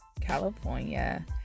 California